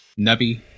Nubby